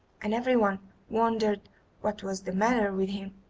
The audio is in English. and everyone wondered what was the matter with him.